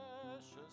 precious